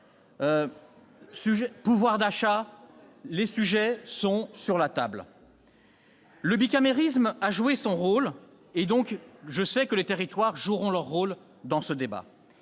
pouvoir d'achat : les sujets sont sur la table. Le bicamérisme a joué son rôle et je sais que les territoires joueront leur rôle dans ce débat.